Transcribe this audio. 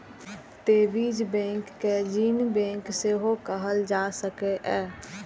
तें बीज बैंक कें जीन बैंक सेहो कहल जा सकैए